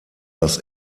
das